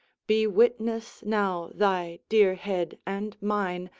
be witness now thy dear head and mine,